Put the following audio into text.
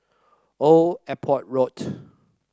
Old Airport Road